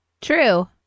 True